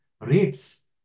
rates